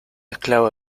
esclavo